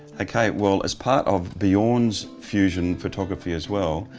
okay well as part of bjorn's fusion photography as well,